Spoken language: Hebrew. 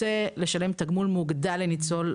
כשאתה רוצה לשלם תגמול מוגדל לניצול,